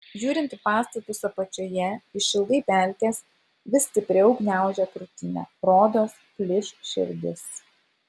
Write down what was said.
žiūrint į pastatus apačioje išilgai pelkės vis stipriau gniaužia krūtinę rodos plyš širdis